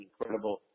incredible